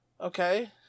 Okay